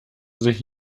sich